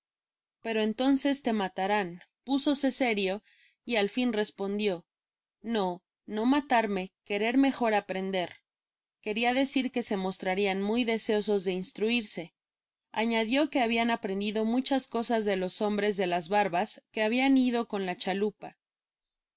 pero entonces te matarán púsose sério y al fin respondió no no matarme querer mejor aprender queria decir que se mostrarian muy deseosos de instruirse añadió que habian aprendido muchas cosas de los hombres de las barbas que habian ido con la chalupa